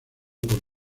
por